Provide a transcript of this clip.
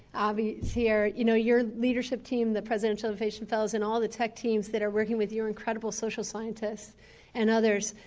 avi's here, you know, your leadership team, the presidential innovation fellows and all the tech teams that are working with your incredible social scientists and others.